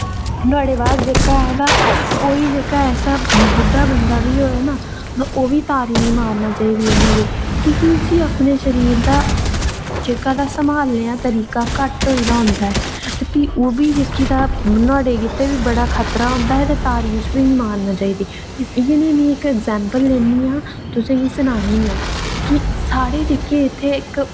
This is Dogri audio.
नोहाड़े बाद जेह्का है ना कोई बुड्डा जेह्का ऐसा बुड्ढा बंदा बी होऐ ना ते ओह् बी तारी निं मारना चाहिदी उन्न बी की के उसी अपने शरीर दा जेह्का ओह्दा संभालने दा तरीका घट्ट होई गेदा होंदा ऐ ते फ्ही ओह् जेह्का नोहाड़े गित्तै बी बड़ा खतरा होंदा ऐ ते तारी उस बी निं मारना चाहिदी इ'यै जेही में इक अग्जैंपल लैन्नी आं तुसेंगी सनानी आं कि साढ़े जेह्के इत्थें इक